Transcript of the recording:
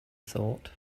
thought